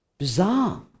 Bizarre